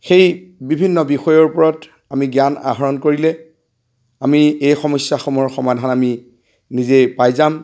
সেই বিভিন্ন বিষয়ৰ ওপৰত আমি জ্ঞান আহৰণ কৰিলে আমি এই সমস্যাসমূহৰ সমাধান আমি নিজেই পাই যাম